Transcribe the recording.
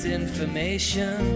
information